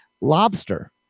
lobster